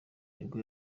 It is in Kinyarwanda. nibwo